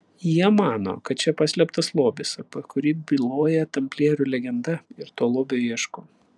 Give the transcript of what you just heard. jie mano kad čia paslėptas lobis apie kurį byloja tamplierių legenda ir to lobio ieško